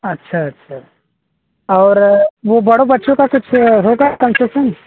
अच्छा अच्छा और वो बड़ों बच्चों का कुछ होगा कन्सेशन